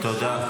תודה.